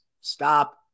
stop